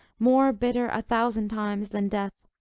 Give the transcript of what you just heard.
more bitter a thousand times than death?